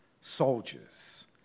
soldiers